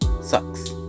sucks